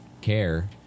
care